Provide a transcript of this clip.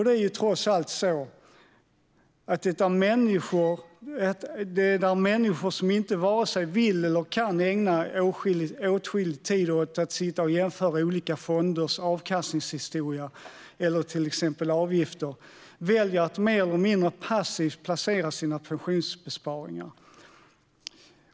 Det är ju trots allt så att det är där människor som vare sig vill eller kan ägna åtskillig tid åt att sitta och jämföra olika fonders avkastningshistoria eller till exempel avgifter väljer att mer eller mindre passivt placera sina pensionsbesparingar.